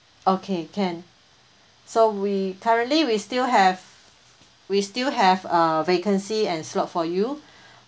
okay can so we currently we still have we still have uh vacancy and slot for you